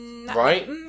Right